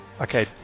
Okay